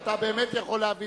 קבוצת סיעת חד"ש, קבוצת סיעת